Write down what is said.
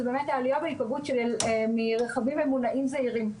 זה באמת העלייה בהיפגעות מרכבים ממונעים זעירים.